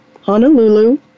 Honolulu